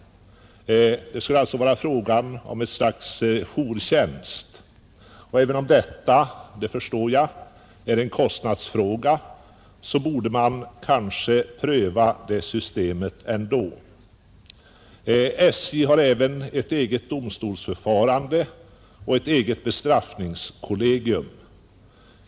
Det skulle alltså vara fråga om ett slags jourtjänst. Även om detta — det förstår jag — är en kostnadsfråga, borde man kanske ändå pröva det systemet. SJ har även ett eget domstolsförfarande och ett eget bestraffningskollegium.